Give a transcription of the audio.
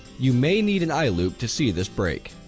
you may need an eye loupe to see this break.